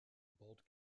bold